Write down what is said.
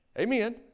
Amen